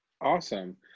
Awesome